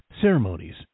ceremonies